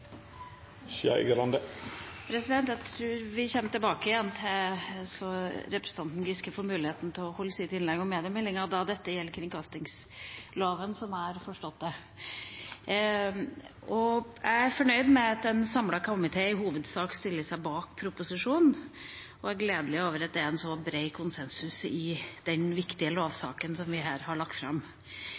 Vi kommer tilbake igjen, så representanten Giske får muligheten til å holde sitt innlegg om mediemeldinga. Denne saken gjelder kringkastingsloven, slik jeg har forstått det. Jeg er fornøyd med at en samlet komité i hovedsak stiller seg bak proposisjonen. Det er gledelig at det er så bred konsensus i den viktige lovsaken som vi her har lagt fram.